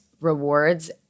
rewards –